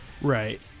right